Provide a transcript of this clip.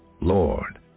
Lord